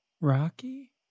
Rocky